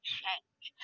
change